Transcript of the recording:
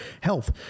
health